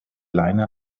leine